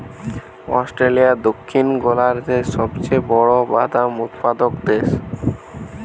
Australia দক্ষিণ গোলার্ধের সবচেয়ে বড় বাদাম উৎপাদক দেশ